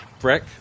Breck